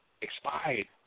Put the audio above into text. expired